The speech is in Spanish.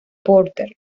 porter